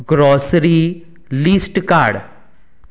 grocery list काड